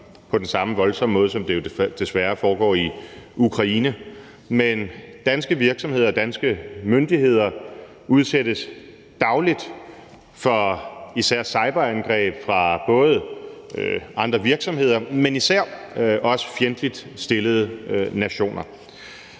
på den samme voldsomme måde, som det jo desværre foregår i Ukraine, men danske virksomheder og danske myndigheder udsættes dagligt for især cyberangreb fra både andre virksomheder, men især også fjendtligt stillede nationer.